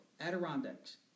Adirondacks